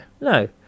No